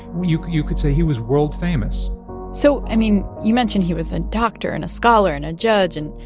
you you could say he was world-famous so, i mean, you mentioned he was a doctor and a scholar and a judge and,